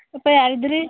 ಅಪ್ಪ ಯಾರು ಇದ್ದಿರಿ